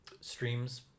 streams